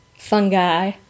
Fungi